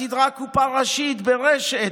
הסדרה קופה ראשית, ברשת,